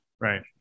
Right